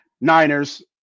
Niners